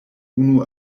unu